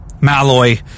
Malloy